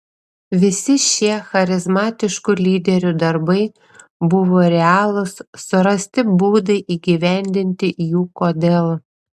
visi šie charizmatiškų lyderių darbai buvo realūs surasti būdai įgyvendinti jų kodėl